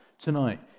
tonight